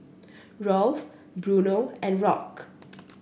Rolf Bruno and Rock